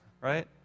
right